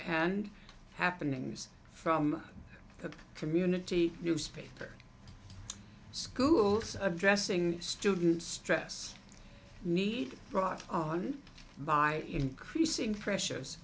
and happenings from the community newspaper schools addressing student stress need brought on by increasing pressures